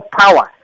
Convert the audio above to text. power